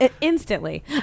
instantly